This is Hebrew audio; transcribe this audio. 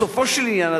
בסופו של עניין,